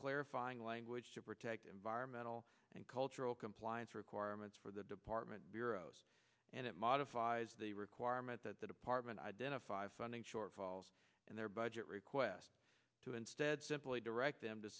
clarifying language to protect environmental and cultural compliance requirements for the department bureaus and it modifies the requirement that the department identify funding shortfalls and their budget request to instead simply direct them to